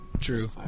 True